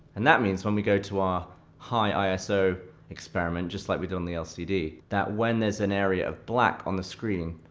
and that means, when we go to our high iso experiment, just like we did on the lcd, that when there's an area of black on the screen,